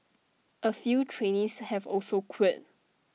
A few trainees have also quit